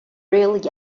rail